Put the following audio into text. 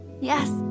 Yes